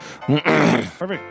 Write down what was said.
Perfect